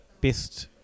best